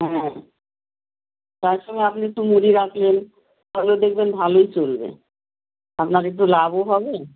হ্যাঁ তার সঙ্গে আপনি একটু মুড়ি রাখলেন তাহলে দেখবেন ভালোই চলবে আপনার একটু লাভও হবে